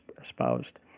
espoused